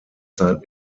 zeit